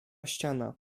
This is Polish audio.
ściana